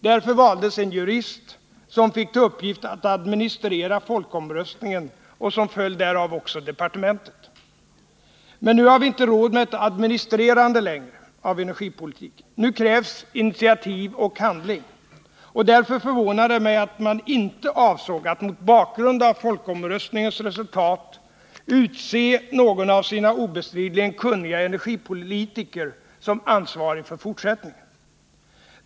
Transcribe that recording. Därför valdes en jurist som fick till uppgift att administrera folkomröstningen och som följd därav också departementet. Men nu har vi inte längre råd med ett administrerande av energipolitiken. Nu krävs initiativ och handling. Därför förvånar det mig att man inte avsåg att mot bakgrund av folkomröstningens resultat utse någon av sina obestridligen kunniga energipolitiker som ansvarig för fortsättningen.